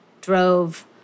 drove